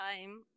time